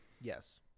Yes